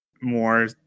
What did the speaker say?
more